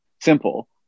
simple